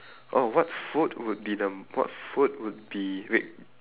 oh what food would be the um what food would be wait